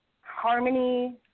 harmony